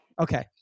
okay